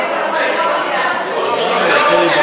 זה לא מופיע בתקנון,